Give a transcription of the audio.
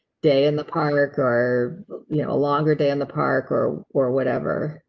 day in the park or a longer day in the park, or or whatever.